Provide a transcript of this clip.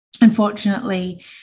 unfortunately